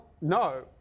no